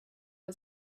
was